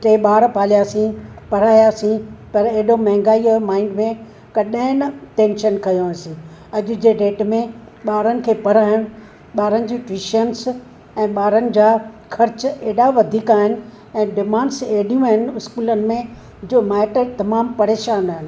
टे ॿार पालियासीं पढ़ायासीं पर एॾो महांगाईअ माइंड में कॾहिं न टेंशन खंयो हुयोसीं अॼु जे डेट में ॿारनि खे पढ़ाइणु ॿारनि जी ट्यूशंस ऐं ॿारनि जा ख़र्चु एॾा वधीक आहिनि ऐं डिमांड्स एॾियूं आहिनि स्कूलनि में जो माइट तमामु परेशान आहिनि